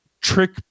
trick